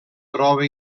troba